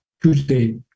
Tuesday